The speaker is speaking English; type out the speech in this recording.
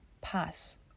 pass